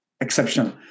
exceptional